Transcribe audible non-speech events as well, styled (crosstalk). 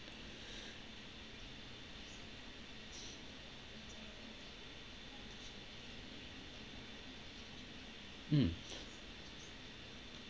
(breath) mm (breath)